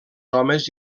homes